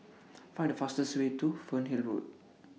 Find The fastest Way to Fernhill Road